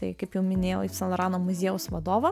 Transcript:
tai kaip jau minėjau yv san lorano muziejaus vadovą